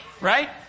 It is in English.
Right